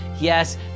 yes